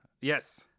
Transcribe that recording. Yes